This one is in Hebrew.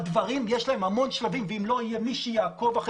לדברים יש המון שלבים ואם לא יהיה מי שיעקוב אחרי